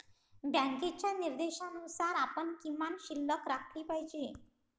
बँकेच्या निर्देशानुसार आपण किमान शिल्लक राखली पाहिजे